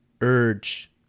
urge